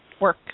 work